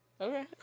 Okay